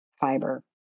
fiber